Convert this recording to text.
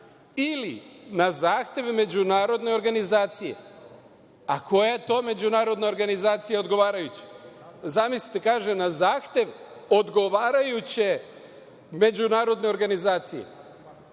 ili na zahtev međunarodne organizacije. Koja je to međunarodna organizacija odgovarajuća? Zamislite, na zahtev odgovarajuće međunarodne organizacije?